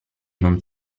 non